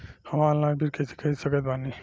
हम ऑनलाइन बीज कइसे खरीद सकत बानी?